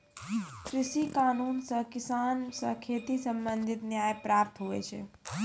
कृषि कानून से किसान से खेती संबंधित न्याय प्राप्त हुवै छै